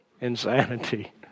Insanity